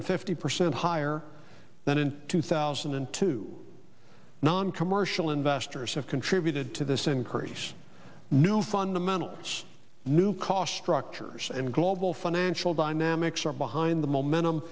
hundred fifty percent higher than in two thousand and two noncommercial investors have contributed to this increase new fundamentalists new cost structures and global financial dynamics are behind the momentum